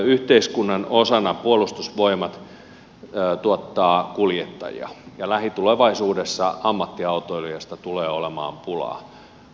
yhteiskunnan osana puolustusvoimat tuottaa kuljettajia ja lähitulevaisuudessa ammattiautoilijoista tulee olemaan pulaa